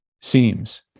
seems